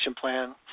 plan